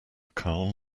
calm